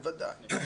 בוודאי.